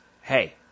hey